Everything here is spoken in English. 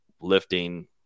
lifting –